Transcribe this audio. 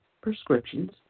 prescriptions